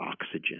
oxygen